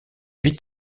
vit